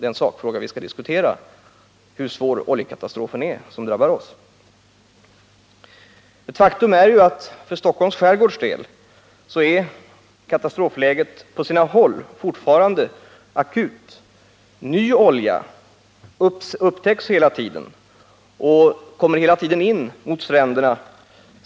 Ett faktum är att katastrofläget för Stockholms skärgårds del fortfarande är akut på sina håll. Ny olja upptäcks fortlöpande och kommer hela tiden in mot stränderna där.